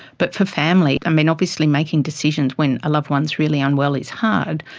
but for family, i mean, obviously making decisions when a loved one is really unwell is hard,